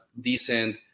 decent